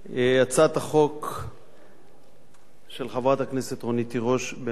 הצעת החוק של חברת הכנסת רונית תירוש באמת